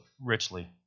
richly